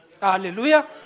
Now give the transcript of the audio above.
Hallelujah